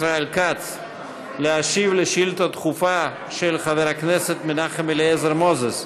ישראל כץ להשיב על שאילתה דחופה של חבר הכנסת מנחם אליעזר מוזס: